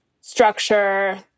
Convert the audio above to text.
structure